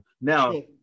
Now